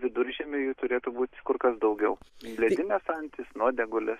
viduržiemiui jų turėtų būt kur kas daugiau ledinės antys nuodėgulės